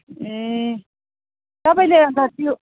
ए तपाईँले अन्त त्यो